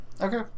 okay